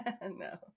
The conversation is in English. No